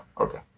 okay